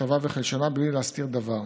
ככתבה וכלשונה בלי להסתיר דבר.